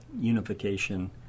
unification